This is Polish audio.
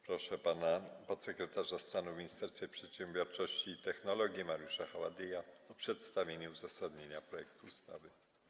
Proszę pana podsekretarza stanu w Ministerstwie Przedsiębiorczości i Technologii Mariusza Haładyja o przedstawienie uzasadnienia projektu ustawy.